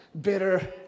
Bitter